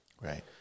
Right